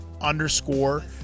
underscore